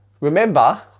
remember